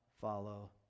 follow